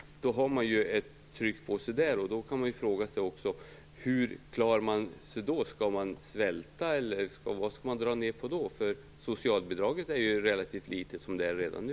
Då har man ju ett tryck på sig. Hur klarar man sig då? Skall man svälta, eller vad skall man dra ned på då? Socialbidraget är ju relativt litet som det är redan nu.